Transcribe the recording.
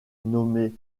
nommé